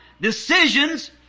Decisions